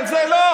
על זה לא?